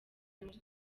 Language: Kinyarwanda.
muri